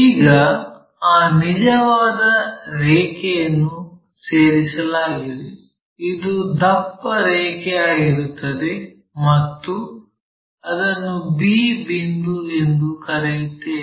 ಈಗ ಆ ನಿಜವಾದ ರೇಖೆಯನ್ನು ಸೇರಿಸಲಾಗಿದೆ ಇದು ದಪ್ಪ ರೇಖೆಯಾಗಿರುತ್ತದೆ ಮತ್ತು ಇದನ್ನು b ಬಿಂದು ಎಂದು ಕರೆಯುತ್ತೇವೆ